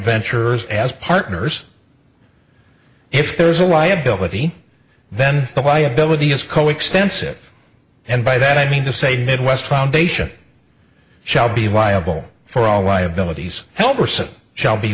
ventures as partners if there is a liability then the liability is co extensive and by that i mean to say midwest foundation shall be liable for all liabilities hell